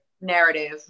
narrative